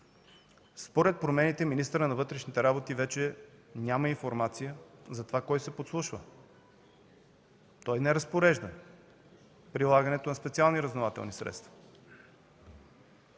Според промените министърът на вътрешните работи вече няма информация за това кой се подслушва. Той не разпорежда прилагането на специални разузнавателни средства.